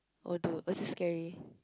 oh dude that's so scary